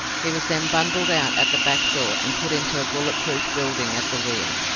he was then bundled out at the back door and put into a bullet-proof building at the rear.